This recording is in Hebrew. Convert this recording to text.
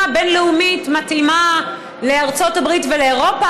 הבין-לאומית מתאימה לארצות הברית ולאירופה,